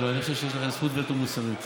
לא, אני חושב שיש לכם זכות וטו מוסרית.